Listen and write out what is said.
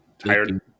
tired